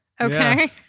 Okay